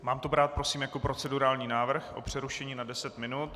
Mám to brát prosím jako procedurální návrh na přerušení na deset minut?